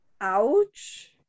ouch